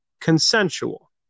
consensual